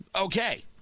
okay